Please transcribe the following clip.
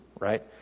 right